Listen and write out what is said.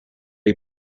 you